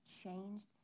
changed